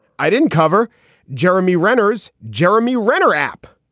i didn't cover jeremy renner's jeremy renner app.